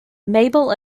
mabel